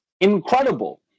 incredible